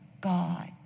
God